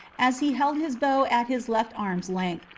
as he held his bow at his left arm's length,